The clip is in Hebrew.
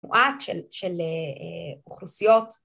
מועט של אוכלוסיות.